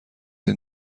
این